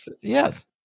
yes